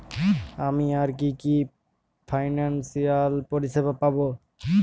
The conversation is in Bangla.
আমি আর কি কি ফিনান্সসিয়াল পরিষেবা পাব?